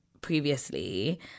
previously